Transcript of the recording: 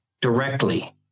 directly